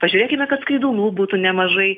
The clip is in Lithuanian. pažiūrėkime kad skaidulų būtų nemažai